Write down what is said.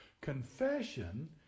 Confession